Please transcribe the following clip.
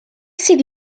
sydd